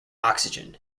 oxygen